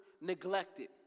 neglected